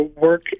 work